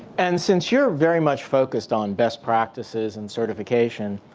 and since you're very much focused on best practices and certification.